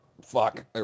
fuck